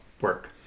work